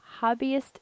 Hobbyist